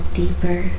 deeper